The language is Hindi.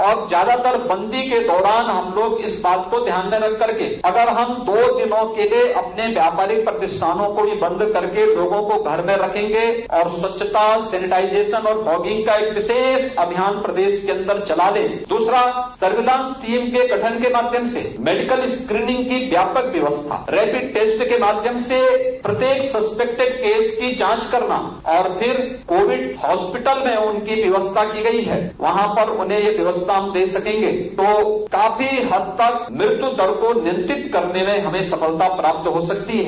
और ज्यादातर बंदी के दौरान हम लोग इस बात को ध्यान में रख करके अगर दो दिनों के लिये अपने व्यापारिक प्रतिष्ठानों को ही बंद करके लोगों को घर में रखेंगे और स्वच्छता सेनेटाइजेशन और फांगिंग का एक विशेष अभियान प्रदेश के अन्दर चला दे दूसरा सर्विलांश टीम के गठन के माध्यम से मेडिकल स्क्रीनिंग व्यवस्था रैपिड टेस्ट के माध्यम से प्रत्येक सस्पेटेक्ड केस की जांच करना और फिर कोविड हास्पिटल में उनकी व्यवस्था की गई है वहां पर उन्हें यह व्यवस्था दे सकेंगे तो काफी हद तक मृत्युदर को नियंत्रित करने में हमें सफलता प्राप्त हो सकती है